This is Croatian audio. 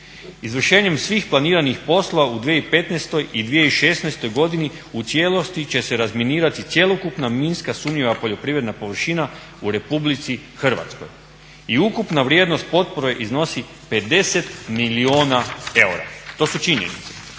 Izvršenjem svih planiranih poslova u 2015. i 2016. godini u cijelosti će se razminirati cjelokupna minska sumnjiva poljoprivredna površina u Republici Hrvatskoj. I ukupna vrijednost potpore iznosi 50 milijuna eura. To su činjenice.